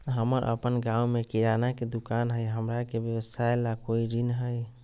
हमर अपन गांव में किराना के दुकान हई, हमरा के व्यवसाय ला कोई ऋण हई?